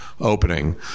opening